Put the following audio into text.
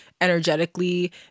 energetically